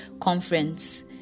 Conference